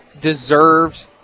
deserved